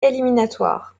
éliminatoires